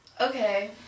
Okay